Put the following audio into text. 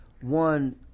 One